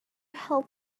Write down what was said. help